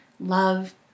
Love